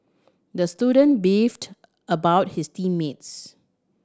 the student beefed about his team mates